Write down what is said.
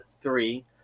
three